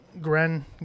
Gren